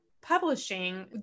publishing